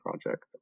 project